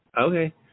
Okay